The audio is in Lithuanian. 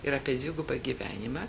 ir apie dvigubą gyvenimą